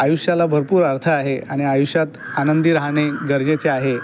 आयुष्याला भरपूर अर्थ आहे आणि आयुष्यात आनंदी राहणे गरजेचे आहे